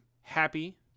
happy